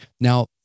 now